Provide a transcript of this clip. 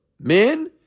Men